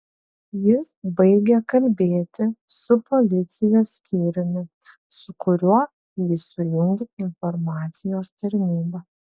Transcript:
jis baigė kalbėti su policijos skyriumi su kuriuo jį sujungė informacijos tarnyba